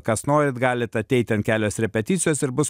kas norit galit ateit ten kelios repeticijos ir bus